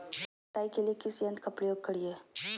फसल कटाई के लिए किस यंत्र का प्रयोग करिये?